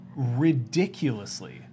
ridiculously